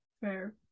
Fair